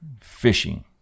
fishing